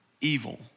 evil